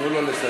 תנו לו לסיים.